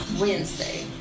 Wednesday